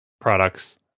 products